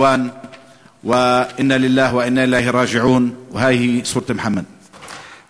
מי ייתן והאל ישרה על משפחתו סבלנות ונחמה.